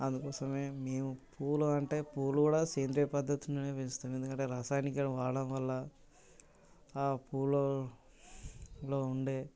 అందుకోసమే మేము పూలు అంటే పూలు కూడా సేంద్రీయ పద్ధతిలోనే పెంచుతాము ఎందుకంటే రసాయనికం వాడటం వల్ల ఆ పూలల్లో ఉండే